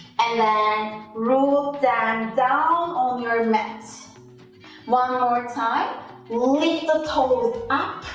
and then root them down on your mat one more time lift the toes up,